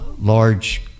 large